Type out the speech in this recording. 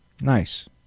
Nice